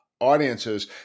audiences